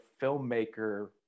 filmmaker